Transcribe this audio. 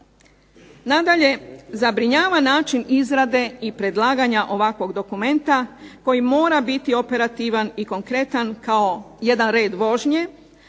Nadalje, zabrinjava način izrade i predlaganja ovakvog dokumenta koji mora biti operativan i konkretan kao jedan red vožnje,